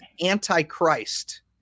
anti-Christ